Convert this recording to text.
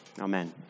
Amen